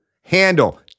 handle